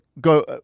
Go